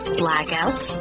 blackouts